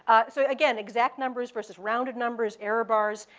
so again, exact numbers versus rounded numbers, error bars.